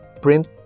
print